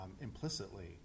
implicitly